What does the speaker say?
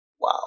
Wow